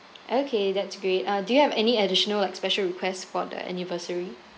okay that's great uh do you have any additional like special request for the anniversary